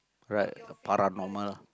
right paranormal